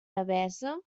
devesa